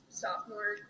sophomore